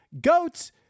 Goats